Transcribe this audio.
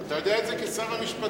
אתה יודע את זה כשר המשפטים.